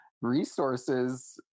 resources